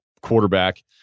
quarterback